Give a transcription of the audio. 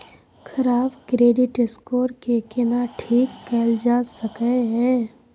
खराब credit score के केना ठीक कैल जा सकै ये?